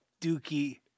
Dookie